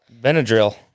Benadryl